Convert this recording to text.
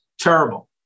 terrible